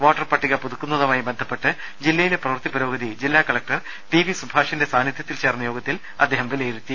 voter പട്ടിക പുതുക്കുന്നതുമായി ബന്ധപ്പെട്ട് ജില്ലയിലെ പ്രവൃത്തി പുരോഗതി ജില്ലാ കലക്ടർ ടി വി സുഭാഷിന്റെ സാന്നിധൃത്തിൽ ചേർന്ന യോഗത്തിൽ അദ്ദേഹം വിലയിരുത്തി